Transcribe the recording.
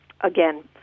again